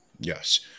Yes